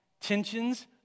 Tensions